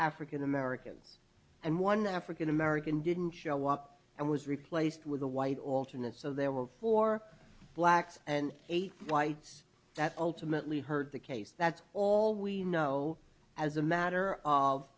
african americans and one african american didn't show up and was replaced with a white alternate so there were four blacks and eight whites that ultimately hurt the case that's all we know as a matter of